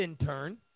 intern